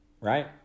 right